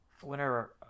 whenever